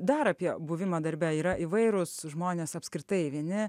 dar apie buvimą darbe yra įvairūs žmonės apskritai vieni